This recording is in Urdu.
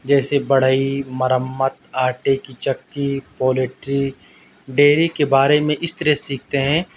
جیسے بڑھئی مرمت آٹے کی چکی پولٹری ڈیری کے بارے میں اس طرح سے سیکھتے ہیں